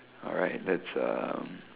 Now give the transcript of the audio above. alright that's um